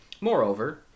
Moreover